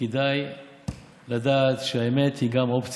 וכדאי לדעת שהאמת היא גם אופציה,